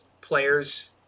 players